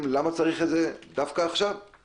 כל הדברים שעולים פה על ידי חברי הוועדה וגם בדיון הציבורי,